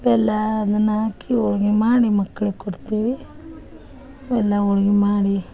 ಬೆಲ್ಲ ಅದನ್ನ ಹಾಕಿ ಹೋಳ್ಗಿ ಮಾಡಿ ಮಕ್ಳಿಗ ಕೊಡ್ತೀವಿ ಬೆಲ್ಲ ಹೋಳ್ಗಿ ಮಾಡಿ